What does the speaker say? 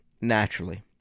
naturally